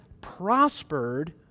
prospered